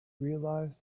realized